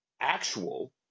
actual